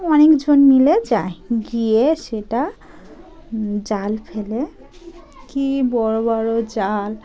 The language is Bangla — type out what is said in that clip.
অনেকজন মিলে যায় গিয়ে সেটা জাল ফেলে কি বড় বড় জাল